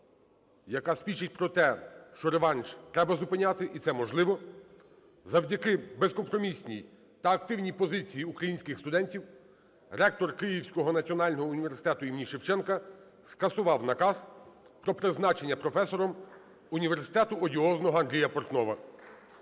яка свідчить про те, що реванш треба зупиняти і це можливо. Завдяки безкомпромісній та активні позиції українських студентів ректор Київського національного університету імені Шевченка скасував наказ про призначення професором університету одіозного Андрія Портнова.